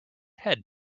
head